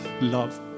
love